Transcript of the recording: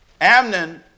Amnon